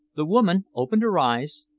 the woman opened her eyes,